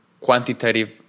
quantitative